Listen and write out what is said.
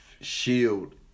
shield